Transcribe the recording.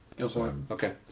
Okay